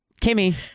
Kimmy